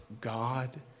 God